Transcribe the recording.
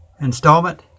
installment